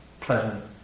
pleasant